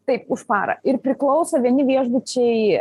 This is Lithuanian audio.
taip už parą ir priklauso vieni viešbučiai